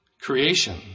Creation